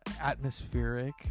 atmospheric